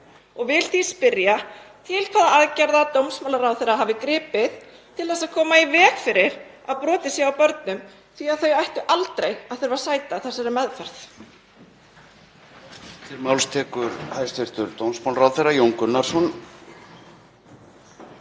Ég vil því spyrja til hvaða aðgerða dómsmálaráðherra hafi gripið til þess að koma í veg fyrir að brotið sé á börnum því að þau ættu aldrei að þurfa að sæta þessari meðferð.